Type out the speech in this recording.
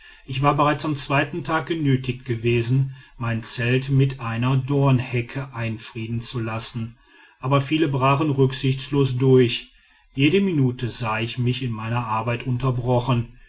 ich war bereits am zweiten tag genötigt gewesen mein zelt mit einer dornhecke einfriedigen zu lassen aber viele brachen rücksichtslos durch jede minute sah ich mich in meiner arbeit unterbrochen